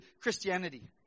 Christianity